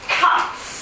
cuts